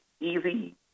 easy